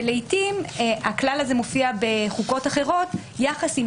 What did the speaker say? לעיתים הכלל הזה מופיע בחוקות אחרות יחד עם